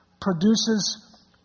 produces